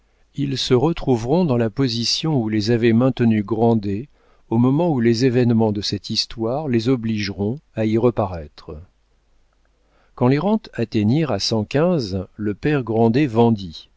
ils se retrouveront dans la position où les avait maintenus grandet au moment où les événements de cette histoire les obligeront à y reparaître quand les rentes atteignirent à cent quinze le père grandet vendit